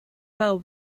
fell